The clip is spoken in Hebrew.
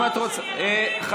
אם את רוצה, רק שנייה, יש לי הצעה.